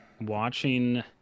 watching